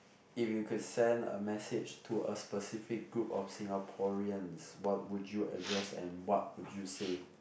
if you could send a message to a specific group of Singaporeans what would you address and what would you say